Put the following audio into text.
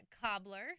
cobbler